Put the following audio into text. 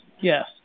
yes